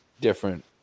different